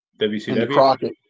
WCW